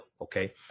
okay